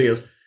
videos